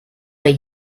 way